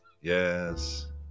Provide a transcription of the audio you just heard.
Yes